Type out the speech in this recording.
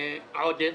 עודד,